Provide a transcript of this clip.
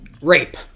Rape